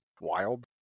wild